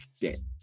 dead